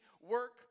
work